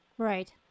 Right